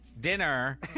dinner